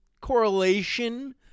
correlation